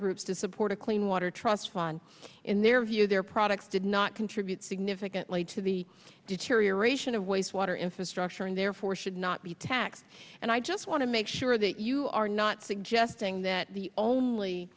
groups to support a clean water trust fund in their view their products did not contribute significantly to the deterioration of wastewater infrastructure and therefore should not be taxed and i just want to make sure that you are not suggesting that the only